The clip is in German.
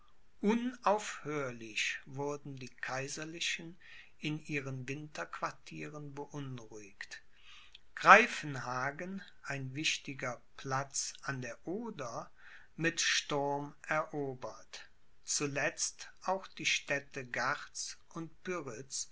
unaufhörlich wurden die kaiserlichen in ihren winterquartieren beunruhigt greifenhagen ein wichtiger platz an der oder mit sturm erobert zuletzt auch die städte garz und